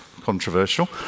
Controversial